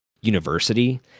university